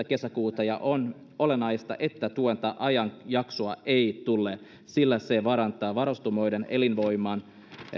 kesäkuuta ja on olennaista että tuota ajan jaksoa ei tule sillä se vaarantaa varustamoiden elinvoiman